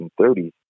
1930s